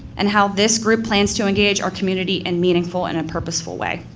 and how this group plans to engage our community in meaningful and purposeful way.